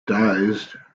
dazed